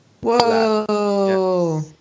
Whoa